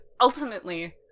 ultimately